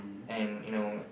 and you know